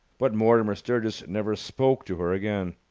but mortimer sturgis never spoke to her again.